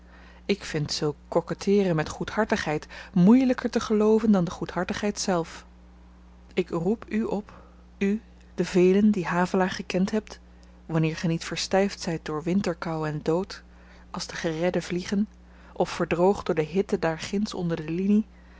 ik vind zulk koketteeren met goedhartigheid moeielyker te gelooven dan de goedhartigheid zelf ik roep u op u de velen die havelaar gekend hebt wanneer ge niet verstyfd zyt door winterkou en dood als de geredde vliegen of verdroogd door de hitte daarginds onder de